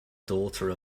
daughter